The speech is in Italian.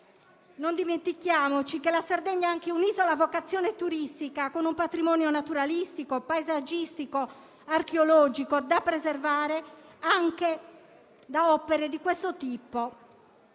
Non dimentichiamoci che la Sardegna è anche un'isola a vocazione turistica, con un patrimonio naturalistico, paesaggistico e archeologico da preservare anche da opere di questo tipo.